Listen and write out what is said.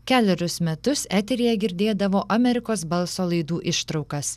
kelerius metus eteryje girdėdavo amerikos balso laidų ištraukas